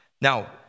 Now